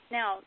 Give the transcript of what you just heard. Now